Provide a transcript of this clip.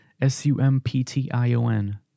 s-u-m-p-t-i-o-n